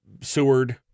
Seward